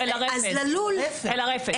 אל הרפד.